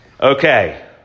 Okay